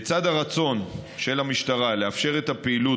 לצד הרצון של המשטרה לאפשר את הפעילות,